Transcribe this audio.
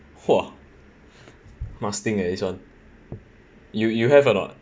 !wah! must think eh this one you you have or not